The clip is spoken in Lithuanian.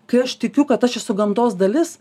kai aš tikiu kad aš esu gamtos dalis